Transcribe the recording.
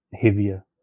heavier